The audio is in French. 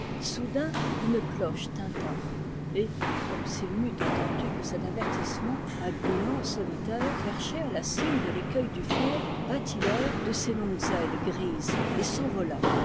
soudain une cloche tinta et comme s'il n'eût attendu que cet avertissement un goéland solitaire perché à la cime de l'écueil du four battit l'air de ses longues ailes grises et s'envola